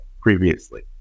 previously